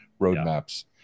roadmaps